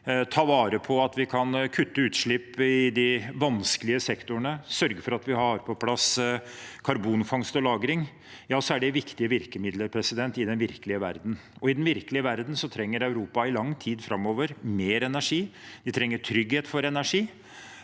ta vare på at vi kan kutte utslipp i de vanskelige sektorene, sørge for at vi har på plass karbonfangst og -lagring – ja, så er det viktige virkemidler i den virkelige verden. Og i den virkelige verden trenger Europa i lang tid framover mer energi. Vi trenger trygghet for energi.